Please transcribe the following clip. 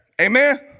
Amen